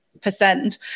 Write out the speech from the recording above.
percent